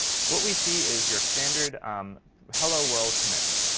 what we see is your standard um hello world command.